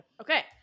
Okay